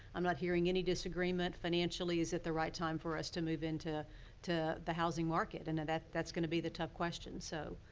i'm not hearing any disagreement. financially, is it the right time for us to move into the housing market? and that's that's gonna be the tough questions. so,